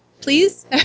please